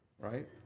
Right